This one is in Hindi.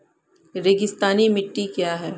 रेगिस्तानी मिट्टी क्या है?